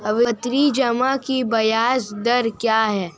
आवर्ती जमा की ब्याज दर क्या है?